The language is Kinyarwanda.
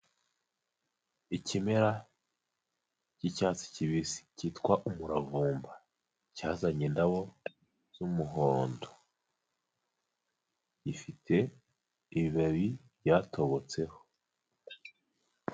Ikimera cy'icyatsi kibisi cyitwa umuravumba, cyazanye indabo z'umuhondo, gifite ibibabi byatobotseho